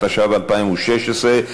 התשע"ו 2016,